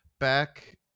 Back